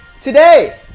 today